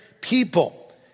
people